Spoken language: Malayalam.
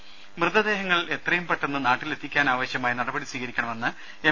ദര മൃതദേഹങ്ങൾ എത്രയും പെട്ടന്ന് നാട്ടിലെത്തിക്കാനാവശ്യമായ നടപടി സ്വീകരിക്കണമെന്ന് എം